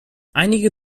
einige